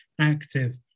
active